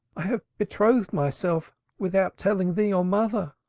i have betrothed myself without telling thee or mother.